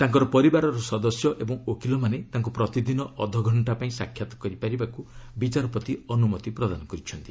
ତାଙ୍କର ପରିବାରର ସଦସ୍ୟ ଏବଂ ଓକିଲମାନେ ତାଙ୍କୁ ପ୍ରତିଦିନ ଅଧଘଣ୍ଜା ପାଇଁ ସାକ୍ଷାତ କରିପାରିବାକୁ ବିଚାରପତି ଅନୁମତି ଦେଇଛନ୍ତି